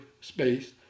space